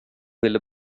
ville